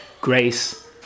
grace